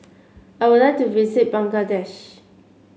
I would like to visit Bangladesh